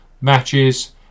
matches